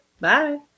Bye